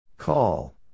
Call